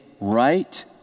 right